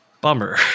bummer